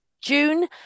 June